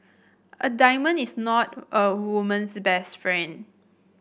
a diamond is not a woman's best friend